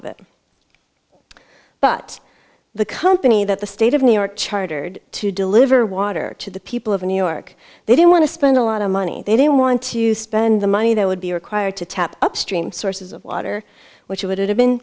of it but the company that the state of new york chartered to deliver water to the people of new york they didn't want to spend a lot of money they didn't want to spend the money that would be required to tap upstream sources of water which would have been